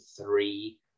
three